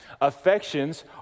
Affections